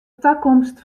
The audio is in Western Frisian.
takomst